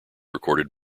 recorded